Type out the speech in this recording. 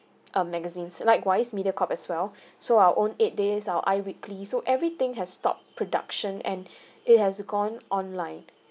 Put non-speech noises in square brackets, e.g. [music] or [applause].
uh magazines likewise mediacorp as well [breath] so our own eight days our I weekly so everything has stopped production and [breath] it has gone online